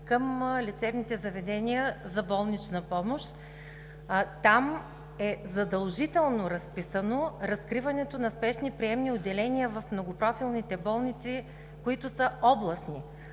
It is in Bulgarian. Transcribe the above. към лечебните заведения за болнична помощ. Там задължително е разписано разкриването на спешни приемни отделения в многопрофилните болници, които са областни.